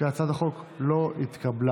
שהצעת החוק לא התקבלה.